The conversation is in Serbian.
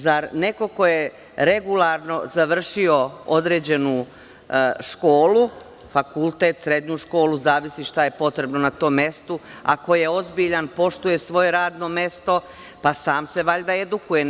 Zar neko ko je regularno završio određenu školu, fakultet, srednju školu, zavisno šta je potrebno na tom mestu, ako je ozbiljan, poštuje svoje radno mesto, pa sam se valjda edukuje?